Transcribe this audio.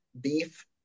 Beef